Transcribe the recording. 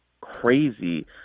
crazy